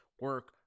Work